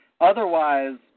Otherwise